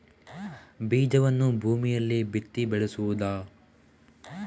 ಬೀಜವನ್ನು ಭೂಮಿಯಲ್ಲಿ ಬಿತ್ತಿ ಬೆಳೆಸುವುದಾ?